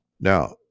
Now